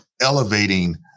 elevating